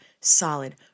solid